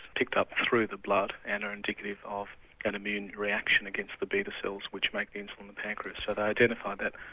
picked up through the blood and are indicative of an immune reaction against the beta cells which make the insulin in the pancreas. so they identified that.